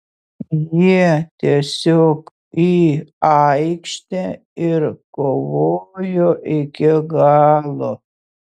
jie tiesiog į aikštę ir kovojo iki galo